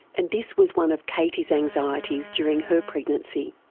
and this was one of katie's anxieties during her pregnancy.